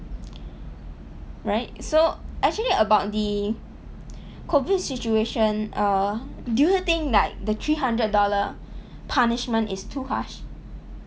right so actually about the COVID situation err do you think like the three hundred dollar punishment is too harsh